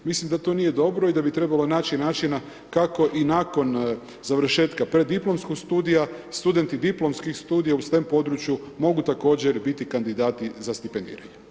Mislim da to nije dobro i da bi trebalo naći načina kako i nakon završetka preddiplomskog studija, studenti diplomskih studija u STEM području mogu također biti kandidati za stipendiranje.